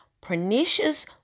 pernicious